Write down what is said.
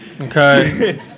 Okay